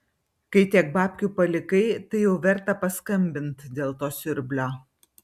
kai tiek babkių palikai tai jau verta paskambint dėl to siurblio